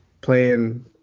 playing